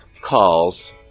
calls